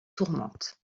tourmente